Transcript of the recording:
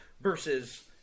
versus